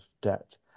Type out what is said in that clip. debt